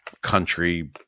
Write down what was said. country